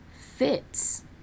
fits